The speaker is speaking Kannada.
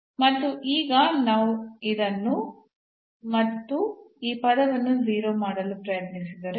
ಮತ್ತು ಈಗ ನಾವು ಇದನ್ನು ಮತ್ತು ಈ ಪದವನ್ನು 0 ಮಾಡಲು ಪ್ರಯತ್ನಿಸಿದರೆ